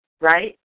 right